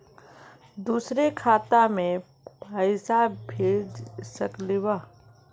दुसरे खाता मैं पैसा भेज सकलीवह?